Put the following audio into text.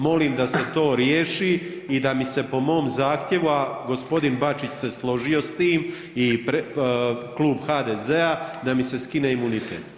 Molim da se to riješi i da mi se po mom zahtjeva, a g. Bačić se složio s tim i Klub HDZ-a da mi se skine imunitet.